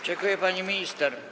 Dziękuję, pani minister.